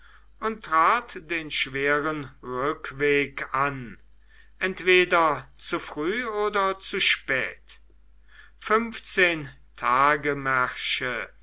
und trat den schweren rückweg an entweder zu früh oder zu spät fünfzehn tagemärsche